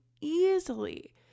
easily